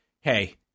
hey